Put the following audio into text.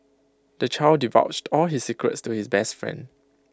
the child divulged all his secrets to his best friend